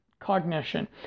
cognition